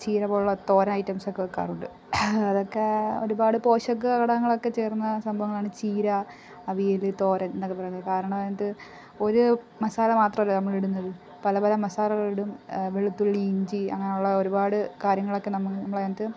ചീര പോലുള്ള തോരൻ ഐറ്റംസ് ഒക്കെ വയ്ക്കാറുണ്ട് അതൊക്കെ ഒരുപാട് പോഷക ഗുണങ്ങളൊക്കെ ചേർന്ന സംഭവങ്ങളാണ് ചീര അവിയൽ തോരൻ എന്നൊക്കെ പറയുന്നത് കാരണം അതിനകത്ത് ഒരു മസാല മാത്രമല്ല നമ്മളിടുന്നത് പല പല മസാലകളിടും വെളുത്തുള്ളി ഇഞ്ചി അങ്ങനെയുള്ള ഒരുപാട് കാര്യങ്ങളൊക്കെ നമ്മൾ അതിനകത്ത്